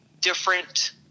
different